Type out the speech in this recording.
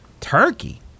Turkey